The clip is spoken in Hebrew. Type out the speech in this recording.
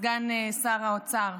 סגן שר האוצר,